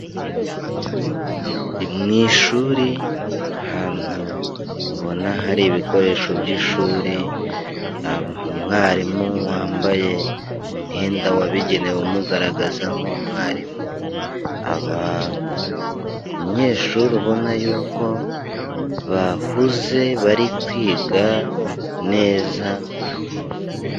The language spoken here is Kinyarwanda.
Ni mu ishuri, ahantu ubona hari ibikoresho by'ishuri na mwarimu wambaye umwenda wabigenewe umugaragaza nk'u umwarimu, urabona abanyeshuri ubona yuko bahuze bari kwiga neza.